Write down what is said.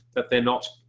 that they're not